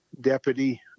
deputy